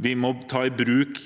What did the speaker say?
vi må ta i bruk